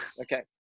Okay